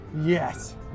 Yes